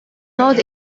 not